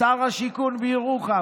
שר השיכון מירוחם.